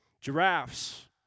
giraffes